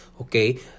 okay